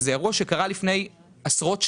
וזה אירוע שקרה לפני עשרות שנים,